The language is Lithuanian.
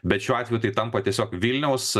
bet šiuo atveju tai tampa tiesiog vilniaus